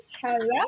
hello